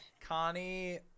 Connie